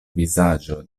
vizaĝo